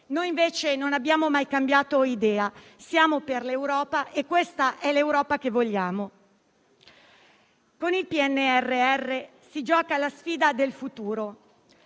Noi, invece, non abbiamo mai cambiato idea. Siamo per l'Europa e questa è l'Europa che vogliamo. Con il PNRR si gioca la sfida del futuro